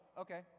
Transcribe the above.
Okay